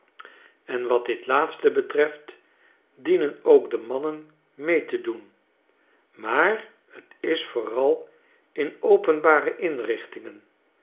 en wat dit laatste betreft dienen ook de mannen mee te doen maar t is vooral in openbare inrichtingen